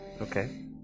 okay